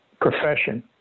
profession